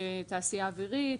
התעשייה האווירית,